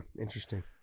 interesting